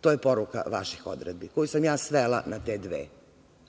To je poruka vaših odredbi koju sam ja svela na te dve.